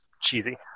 cheesy